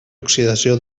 oxidació